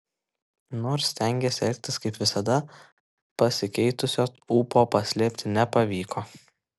nors stengėsi elgtis kaip visada pasikeitusio ūpo paslėpti nepavyko